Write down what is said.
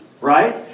right